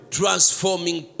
transforming